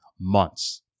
months